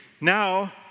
Now